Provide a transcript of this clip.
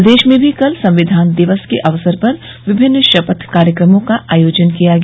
प्रदेश में भी कल संविधान दिवस के अवसर पर विमिन्न शपथ कार्यक्रमों का आयोजन किया गया